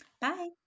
bye